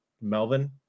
Melvin